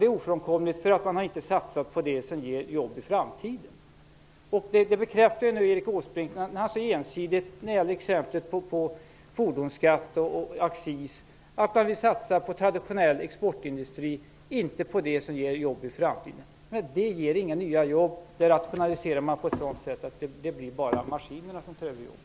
Det är ofrånkomligt, eftersom man inte har satsat på det som ger jobb i framtiden. Genom att så ensidigt hålla fram exemplet med fordonsskatt och accis bekräftar Erik Åsbrink att man vill satsa på traditionell exportindustri, inte på det som ger jobb i framtiden. Detta ger inga nya jobb. Inom exportindustrin rationaliserar man på ett sådant sätt att det bara blir maskinerna som tar över jobben.